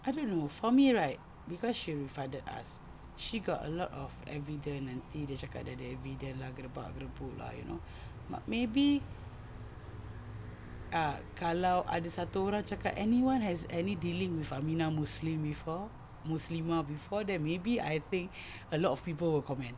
I don't know for me right cause she refunded us she got a lot of evidence nanti dia cakap dia ada evidence lah gedebak gedebuk lah you know but maybe ah kalau ada satu orang cakap anyone has any dealing with Aminah Muslim before muslimah before maybe I think a lot of people will comment